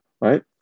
right